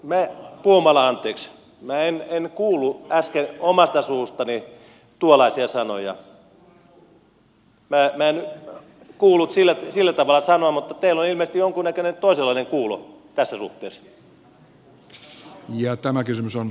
arvoisa edustaja puumala minä en kuullut äsken omasta suustani tuollaisia sanoja minä en kuullut sillä tavalla mutta teillä on ilmeisesti jonkunnäköinen toisenlainen kuulo tässä suhteessa